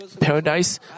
paradise